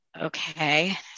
Okay